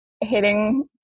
hitting